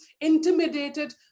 intimidated